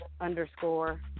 underscore